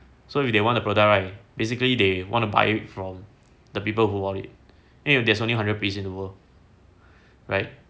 so if they want to product right basically they want to buy from the people who bought it there's only hundred piece in the world right